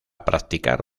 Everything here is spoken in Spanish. practicar